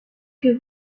que